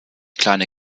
kleine